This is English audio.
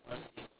ya